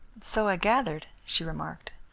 so i gathered, she remarked.